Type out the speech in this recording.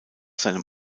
seinem